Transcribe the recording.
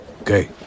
Okay